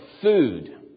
food